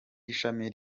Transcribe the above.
ishami